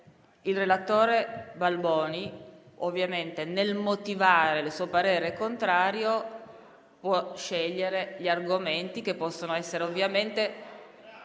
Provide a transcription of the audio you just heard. il relatore Balboni, ovviamente nel motivare il suo parere contrario, può scegliere gli argomenti che possono essere valutati